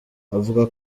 avuga